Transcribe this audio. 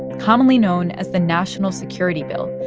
commonly known as the national security bill.